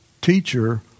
Teacher